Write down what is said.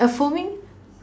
a foaming